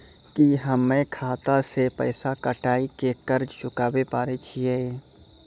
की हम्मय खाता से पैसा कटाई के कर्ज चुकाबै पारे छियै?